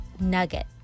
nugget